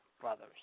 brothers